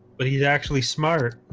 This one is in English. but he's actually smart.